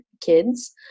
kids